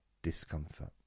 Discomfort